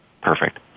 perfect